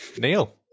Neil